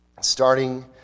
Starting